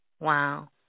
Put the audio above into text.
Wow